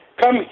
Come